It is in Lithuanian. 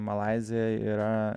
malaizija yra